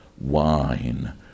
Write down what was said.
wine